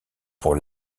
pour